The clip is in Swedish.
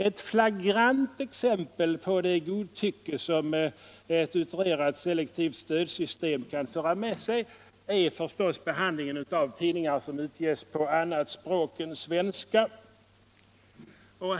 Ett flagrant exempel på det godtycke som ett utrerat selektivt stödsystem kan föra med sig är förstås behandlingen av tidningar som utges på annat språk än svenska.